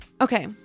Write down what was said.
Okay